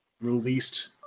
released